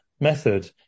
method